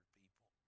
people